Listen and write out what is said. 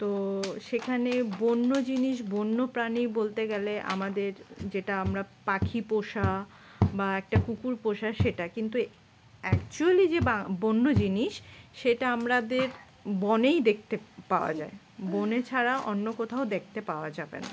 তো সেখানে বন্য জিনিস বন্য প্র্রাণী বলতে গেলে আমাদের যেটা আমরা পাখি পোষা বা একটা কুকুর পোষা সেটা কিন্তু অ্যাকচুয়ালি যে বা বন্য জিনিস সেটা আমাদের বনেই দেখতে পাওয়া যায় বনে ছাড়া অন্য কোথাও দেখতে পাওয়া যাবে না